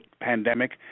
pandemic